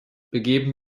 begeben